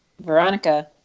Veronica